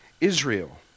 Israel